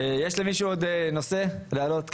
יש למישהו עוד נושא להעלות?